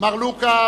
מאגר גנטי,